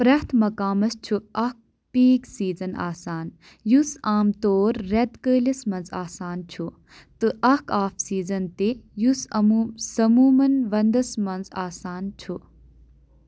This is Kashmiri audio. پرٚیتھ مقامس چھُ اكھ پیٖک سیٖزن آسان، یُس عام طور ریتہٕ كٲلِس منٛز آسان چھُ، تہٕ اكھ آف سیٖزن تہِ ، یُس عموٗ ثموٗمن وندس منٛز آسان چھُ